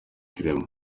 clement